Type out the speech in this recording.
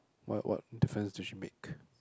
why what difference did she make